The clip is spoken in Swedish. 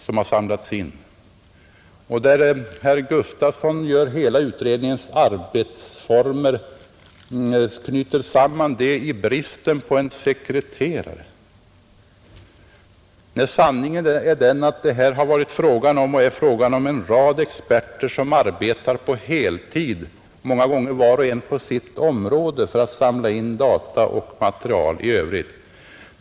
Herr Gustafson knyter samman hela utredningens arbetsformer med bristen på en sekreterare. Sanningen är ju den att en rad experter arbetar på heltid, många gånger var och en på sitt område, för att samla in data och material i övrigt.